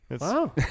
Wow